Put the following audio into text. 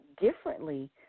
differently